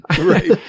Right